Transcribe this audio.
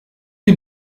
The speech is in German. die